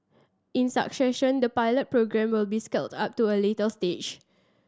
in the pilot programme will be scaled up to a later stage